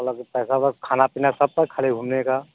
मतलब कि पैसा खाना पीना सब का ख़ाली घूमने का